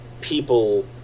people